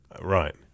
Right